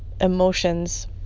emotions